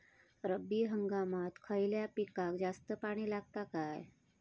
रब्बी हंगामात खयल्या पिकाक जास्त पाणी लागता काय?